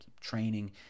training